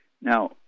now